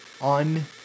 on